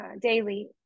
daily